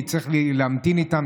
אני אצטרך להמתין איתן,